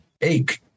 ache